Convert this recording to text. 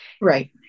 Right